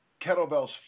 kettlebells